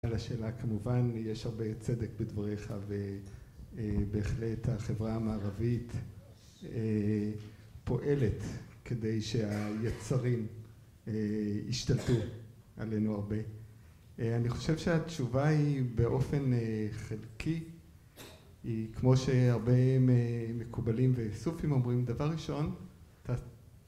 על השאלה, כמובן יש הרבה צדק בדבריך, ובהחלט החברה המערבית פועלת כדי שהיצרים ישתלטו עלינו הרבה. אני חושב שהתשובה היא באופן חלקי היא, כמו שהרבה מקובלים וסופים אומרים, דבר ראשון